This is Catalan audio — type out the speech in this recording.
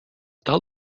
tal